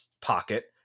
pocket